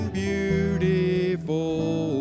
beautiful